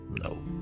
no